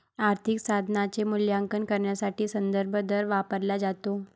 आर्थिक साधनाचे मूल्यांकन करण्यासाठी संदर्भ दर वापरला जातो